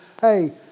Hey